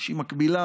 שהיא מקבילה,